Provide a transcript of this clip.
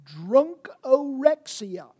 Drunkorexia